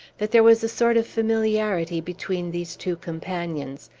that there was a sort of familiarity between these two companions,